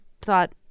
thought